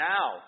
Now